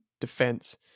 defense